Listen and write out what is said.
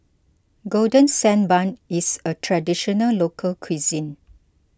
Golden Sand Bun is a Traditional Local Cuisine